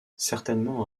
certainement